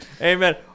Amen